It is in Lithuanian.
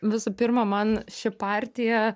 visų pirma man ši partija